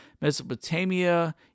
Mesopotamia